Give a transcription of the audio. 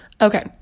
Okay